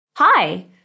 Hi